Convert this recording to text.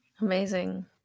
Amazing